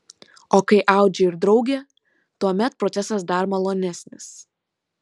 o kai audžia ir draugė tuomet procesas dar malonesnis